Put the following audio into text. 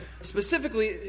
specifically